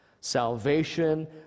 salvation